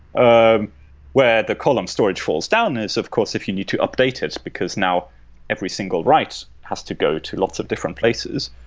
ah where the column storage falls down is, if course if you need to update, because now every single write has to go to lots of different places.